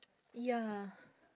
ya